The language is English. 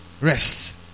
rest